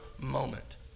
moment